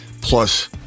plus